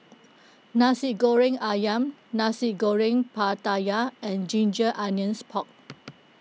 Nasi Goreng Ayam Nasi Goreng Pattaya and Ginger Onions Pork